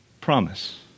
promise